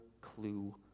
clue